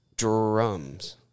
Drums